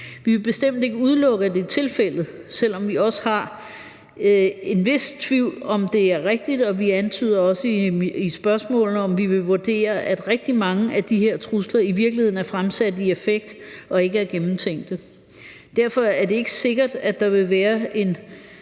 Vi vil bestemt ikke udelukke, at det er tilfældet, selv om vi også har en vis tvivl om, om det er rigtigt, og vi antyder også i spørgsmålene, at vi vil vurdere, at rigtig mange af de her trusler i virkeligheden er fremsat i affekt og ikke er gennemtænkte. Derfor er det ikke sikkert, at der vil være en